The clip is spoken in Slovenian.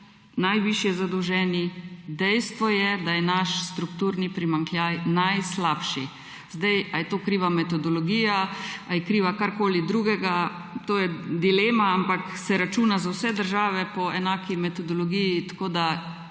najvišje zadolženi. Dejstvo je, da je naš strukturni primanjkljaj najslabši. A je kriva metodologija, a je krivo karkoli drugega, to je dilema, ampak se računa za vse države po enaki metodologiji. Tako da,